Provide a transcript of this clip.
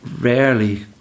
rarely